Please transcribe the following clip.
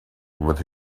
with